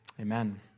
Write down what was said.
Amen